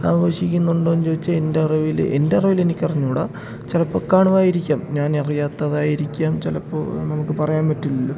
ആഘോഷിക്കുന്നുണ്ടോയെന്ന് ചോദിച്ചാൽ എൻ്റെ അറിവിൽ എൻ്റെ അറിവിൽ എനിക്കറിഞ്ഞുകൂട ചിലപ്പോൾ കാണുമായിരിക്കാം ഞാനറിയാത്തതായിരിക്കാം ചിലപ്പോൾ നമുക്ക് പറയാൻ പറ്റില്ലല്ലോ